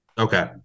Okay